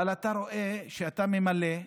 אבל אתה רואה כשאתה ממלא,